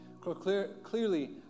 Clearly